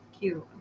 cute